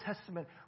Testament